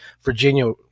Virginia